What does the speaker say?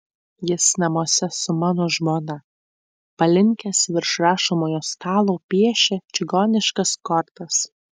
jis namuose su mano žmona palinkęs virš rašomojo stalo piešia čigoniškas kortas